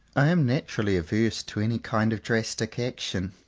i am naturally averse to any kind of drastic action.